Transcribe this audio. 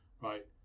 right